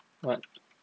what